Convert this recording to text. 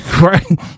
right